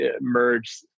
merge